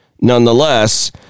Nonetheless